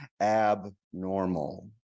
abnormal